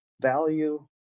value